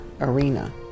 arena